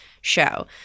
show